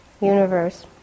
universe